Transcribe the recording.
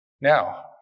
Now